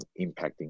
impacting